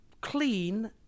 clean